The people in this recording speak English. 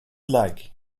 like